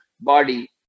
body